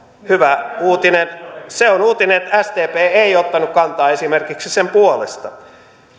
hyvä uutinen se on uutinen sdp ei ottanut kantaa esimerkiksi sen puolesta